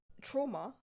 trauma